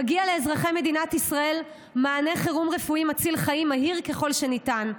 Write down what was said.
מגיע לאזרחי מדינת ישראל מענה חירום רפואי מציל חיים מהיר ככל שניתן,